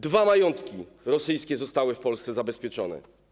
Dwa majątki rosyjskie zostały w Polsce zabezpieczone.